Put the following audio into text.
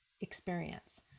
experience